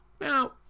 Now